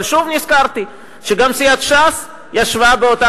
אבל שוב נזכרתי שגם סיעת ש"ס ישבה באותה